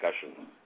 discussion